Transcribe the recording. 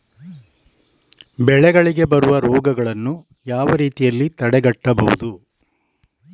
ಬೆಳೆಗಳಿಗೆ ಬರುವ ರೋಗಗಳನ್ನು ಯಾವ ರೀತಿಯಲ್ಲಿ ತಡೆಗಟ್ಟಬಹುದು?